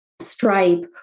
Stripe